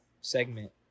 segment